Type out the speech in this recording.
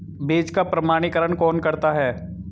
बीज का प्रमाणीकरण कौन करता है?